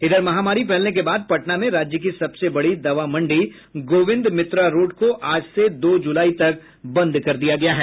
इधर महामारी फैलने के बाद पटना में राज्य की सबसे बड़ी दवा मंडी गोविंद मित्रा रोड को आज से दो जुलाई तक बंद कर दिया गया है